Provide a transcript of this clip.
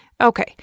Okay